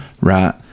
right